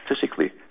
physically